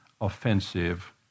offensive